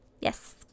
Yes